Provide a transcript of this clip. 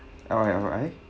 L I L I